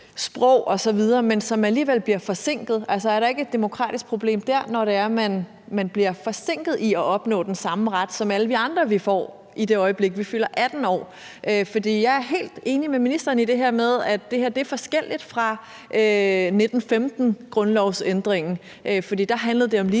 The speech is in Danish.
sprog osv., men som alligevel bliver forsinket. Altså, er der ikke et demokratisk problem dér, når det er, at man bliver forsinket i at opnå den samme ret, som alle vi andre får, det øjeblik vi fylder 18 år? For jeg er helt enig med ministeren i det med, at det her er forskelligt fra 1915-grundlovsændringen, for der handlede det om